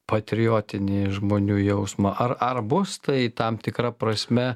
patriotinį žmonių jausmą ar ar bus tai tam tikra prasme